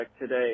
today